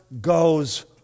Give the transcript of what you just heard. goes